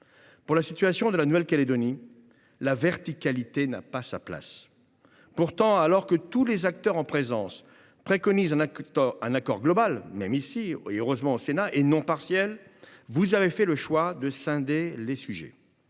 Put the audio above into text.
Pour la situation de la Nouvelle Calédonie, la verticalité n’a pas sa place. Pourtant, alors que tous les acteurs en présence préconisent un accord global – même ici, au Sénat, et c’est heureux – et non partiel, vous avez fait le choix de scinder les sujets.